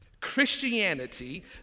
Christianity